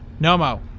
nomo